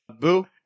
Boo